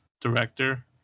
director